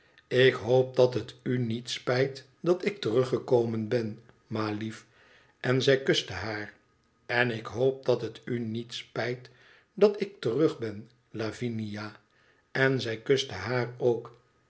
ik hoop dat het u niet spijt dat ik teruggekomen ben ma lief en zij kuste haar en ik hoop dat het u niet spijt dat ik terug ben lavinia en zij kuste haar ook